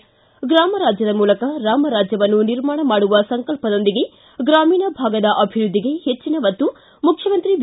ಿ ಗ್ರಮ ರಾಜ್ಯದ ಮೂಲಕ ರಾಮ ರಾಜ್ಯವನ್ನು ನಿರ್ಮಾಣ ಮಾಡುವ ಸಂಕಲ್ಪದೊಂದಿಗೆ ಗ್ರಾಮೀಣ ಭಾಗದ ಅಭಿವೃದ್ದಿಗೆ ಹೆಚ್ಚಿನ ಒತ್ತು ಮುಖ್ಯಮಂತ್ರಿ ಬಿ